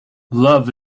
love